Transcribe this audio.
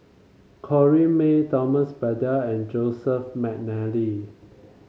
Corrinne May Thomas Braddell and Joseph McNally